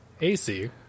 ac